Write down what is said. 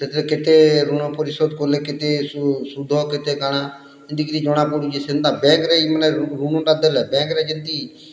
ସେଥିରେ କେତେ ଗୁଣ ପରିଷଦ କଲେ କେତେ ଶୁଦ୍ଧ କେତେ କାଣା କେନ୍ତିକିରି ଜଣା ପଡ଼ୁଚି ସେନ୍ତା ବ୍ୟାଙ୍କ୍ରେ ମାନେ ଋଣଟା ଦେଲେ ବ୍ୟାଙ୍କ୍ରେ ଜେନ୍ତି